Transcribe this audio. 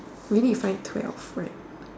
we need to find twelve right